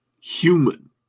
human